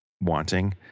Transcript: wanting